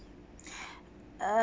ah